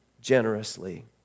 generously